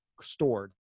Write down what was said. stored